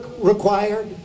required